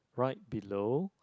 right below